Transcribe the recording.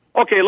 Okay